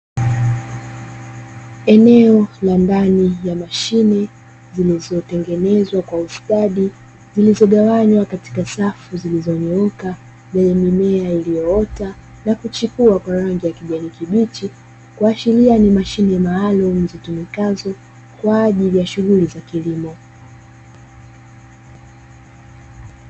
Eneo la ndani ya mashine, zilizotengenezwa kwa ustadi, zilizogawanywa katika safu zilizonyoka, zenye mimea iliyoota na kuchipua kwa rangi ya kijani kibichi. Kuashiria ni mashine maalumu zitumikazo kwa ajili ya shughuli za kilimo.